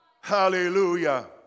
Hallelujah